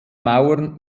mauern